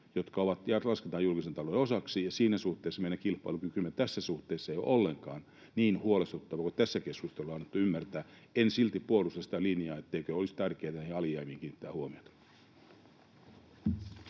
jotka lasketaan julkisen talouden osaksi, ja siinä suhteessa meidän kilpailukykymme tässä suhteessa ei ole ollenkaan niin huolestuttava kuin tässä keskustelussa on annettu ymmärtää. — En silti puolusta sitä linjaa, etteikö olisi tärkeätä niihin alijäämiin kiinnittää huomiota.